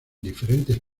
diferentes